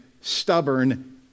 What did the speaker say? stubborn